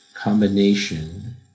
combination